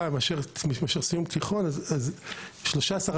מאשר סיום תיכון אז הסיכוי שלהם הרבה יותר נמוך,